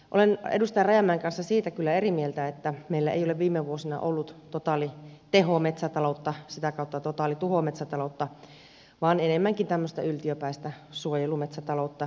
olen edustaja rajamäen kanssa siitä kyllä eri mieltä että meillä ei ole viime vuosina ollut totaalitehometsätaloutta sitä kautta totaalituhometsätaloutta vaan enemmänkin tämmöistä yltiöpäistä suojelumetsätaloutta